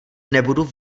nebudu